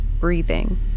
breathing